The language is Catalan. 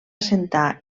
assentar